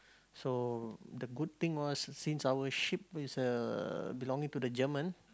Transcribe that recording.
so the good thing was since our ship is uh belonging to the German